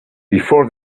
before